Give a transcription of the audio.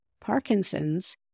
Parkinson's